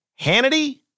Hannity